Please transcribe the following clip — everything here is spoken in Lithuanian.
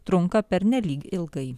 trunka pernelyg ilgai